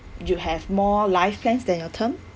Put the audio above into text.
you have more life plans than your term